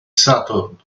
sadwrn